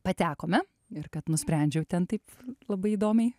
patekome ir kad nusprendžiau ten taip labai įdomiai